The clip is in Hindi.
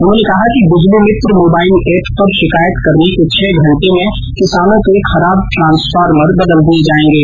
उन्होंने कहा कि बिजली मित्र मोबाइल एप पर शिकायत करने के छह घंटे में किसानों के खराब ट्रांसफार्मर बदल दिए जाएंगे